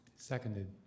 Seconded